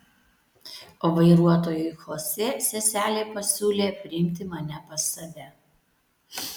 vairuotojui chosė seselė pasiūlė priimti mane pas save